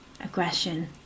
aggression